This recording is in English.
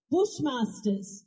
Bushmasters